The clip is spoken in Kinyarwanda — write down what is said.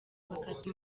bakata